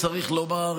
צריך לומר,